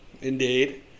Indeed